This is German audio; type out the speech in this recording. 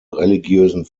religiösen